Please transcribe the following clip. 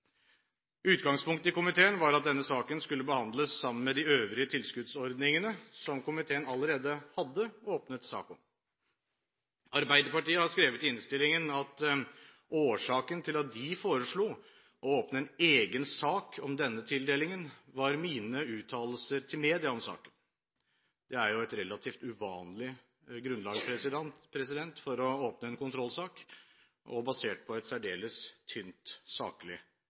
Utgangspunktet i komiteen var at denne saken skulle behandles sammen med de øvrige tilskuddsordningene, som komiteen allerede hadde åpnet sak om. Arbeiderpartiet har skrevet i innstillingen at årsaken til at de foreslo å åpne en egen sak om denne tildelingen, var mine uttalelser til media om saken. Det er et relativt uvanlig grunnlag å åpne en kontrollsak på, og basert på et særdeles tynt og lite saklig